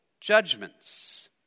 judgments